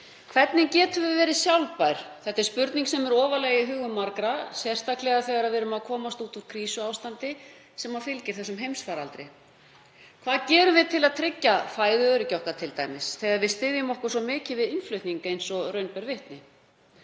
Hvernig getum við verið sjálfbær? Það er spurning sem er ofarlega í hugum margra, sérstaklega þegar við erum að komast út úr krísuástandi sem fylgir þessum heimsfaraldri. Hvað gerum við til að tryggja fæðuöryggi okkar t.d. þegar við styðjumst svo mikið við innflutning eins og raun ber vitni?